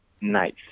nice